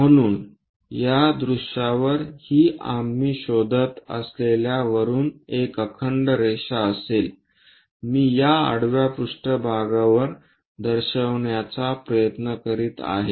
म्हणून या दृश्यावर ही आम्ही शोधत असलेल्या वरुन एक अखंड रेषा असेल मी या आडव्या पृष्ठभागावर दर्शविण्याचा प्रयत्न करीत आहे